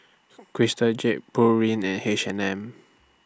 Crystal Jade Pureen and H and M